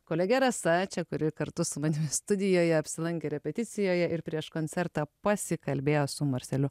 kolegė rasa čia kuri kartu su manimi studijoje apsilankė repeticijoje ir prieš koncertą pasikalbėjo su marseliu